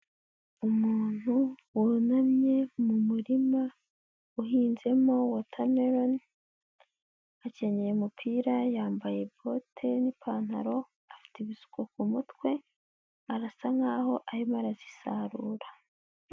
Umuntu wunamye mu murima uhinzemo watameloni akenyeye umupira yambaye bote n'ipantaro afite ibisuko kumutwe arasa nkaho arimo arazisarura.